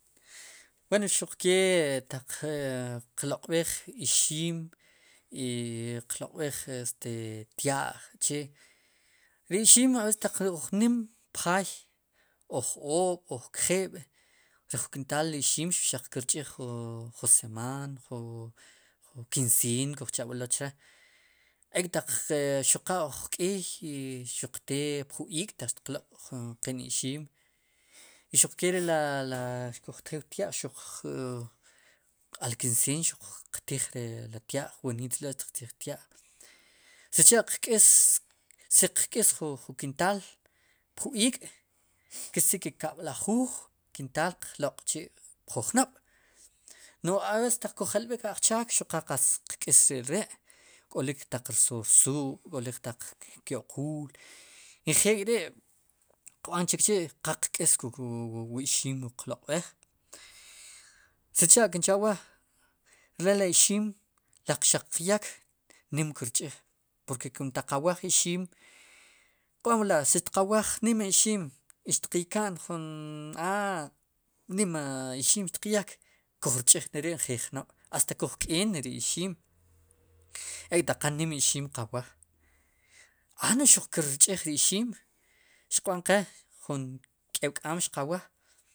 Wen xuq kee taq qloq'b'ej ixim taq qloq'b'ej este tya'j che, ri ixim ab'es taq uj nim uj k'o pjaay uj jo-oob' uj kjib' ri jun kintaal ixim xaq kirch'ij jun semaan ju kinseen kuncha'b'elo'chee ek'taq xuqa uj k'iiy xuq te taq jun iik' taq xtiq loq' qe'n ixim i xuq kee rela' ri xkuj tjiw knaq' xuq alkinseen qtij ri tya'j xuq wooniit ri la'xtiq tiij ri tya'j sicha' qk' is si qk'is jun kintaal pju iik' kecir ke kab'lajuuj kintaal qloq'chi' pju jnob' no'j ab'ees taq kujelb'ik ajchaak xuqal qatz qk'is re ri' k'olik taq rsoor suub' k'olik taq kyo'quul njel k'ri' qb'anchikchi' qal qk'is wu ixim qloq' b'ej sicha' kin cha'waa re le ixim le xaq qyeek nim kirch'iij porke taq qawaaj ixim ponk'la si tiqawaj nim ixim i xtiq yka'n jun aa nima ixim xtiq yeek kuj rch'ij neri' njeel jnob' hasta kuj k'yenneri' ixim ek' taq qanim ixim qawaaj a no'j xuq kirch'ij ri ixim xiqb'an qe k'eeb' k'aam xiqawaaj.